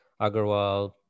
Agarwal